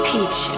Teach